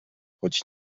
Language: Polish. choć